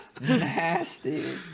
Nasty